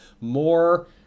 more